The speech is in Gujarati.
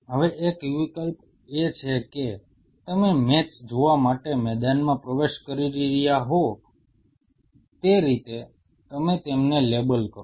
હવે એક વિકલ્પ એ છે કે તમે મેચ જોવા માટે મેદાનમાં પ્રવેશ કરી રહ્યા હો તે રીતે તમે તેમને લેબલ કરો